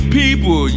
people